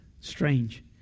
Strange